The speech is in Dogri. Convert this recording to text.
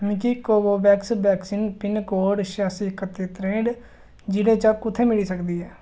मिगी कोवोवैक्स वैक्सीन पिनकोड छेआसी कत्ती त्रेंह्ठ जि'ले च कु'त्थै मिली सकदी ऐ